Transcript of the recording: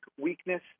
weakness